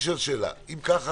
אם כך,